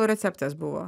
receptas buvo